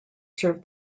serve